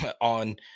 on